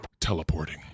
teleporting